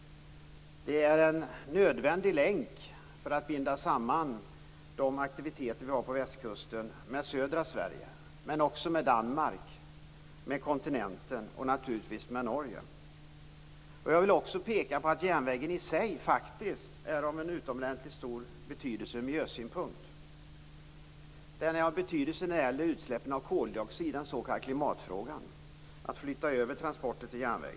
Den är en nödvändig länk för att binda samman de aktiviteter som finns på västkusten med södra Sverige, men också med Danmark, kontinenten och naturligtvis också med Norge. Jag vill också peka på att järnvägen i sig är av utomordentligt stor betydelse från miljösynpunkt. Det är av betydelse när det gäller utsläppen av koldioxid, den s.k. klimatfrågan, att flytta över transporter till järnväg.